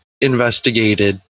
investigated